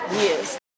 years